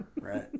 Right